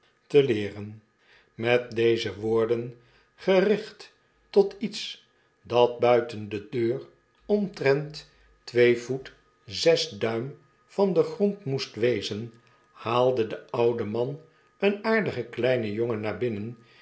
te leeren met deze woorden gericht tot iets dat buiten de deur omtrent twee voet zes duim van den grond moest wezen haalde de oude man een aardigen kleinen jongen naar binnen